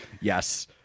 Yes